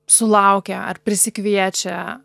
sulaukia ar prisikviečia